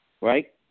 right